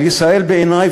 אבל ישראל בעיני,